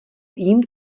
jim